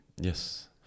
Yes